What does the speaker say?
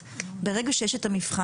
זהו.